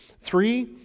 Three